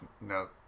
No